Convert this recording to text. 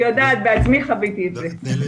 אני יודעת, אני בעצמי חוויתי את זה.